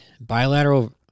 bilateral